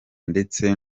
ndetse